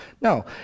No